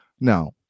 now